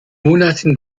monaten